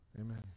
Amen